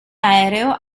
aereo